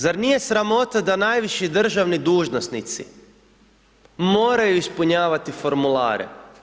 Zar nije sramota da najviši državni dužnosnici moraju ispunjavati formulare?